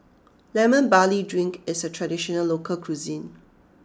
Lemon Barley Drink is a traditional local cuisine